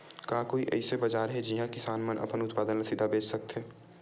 का कोई अइसे बाजार हे जिहां किसान मन अपन उत्पादन ला सीधा बेच सकथे?